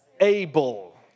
able